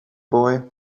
boy